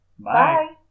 Bye